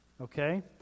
Okay